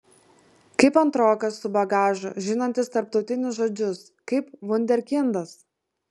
kaip antrokas su bagažu žinantis tarptautinius žodžius kaip vunderkindas